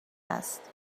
است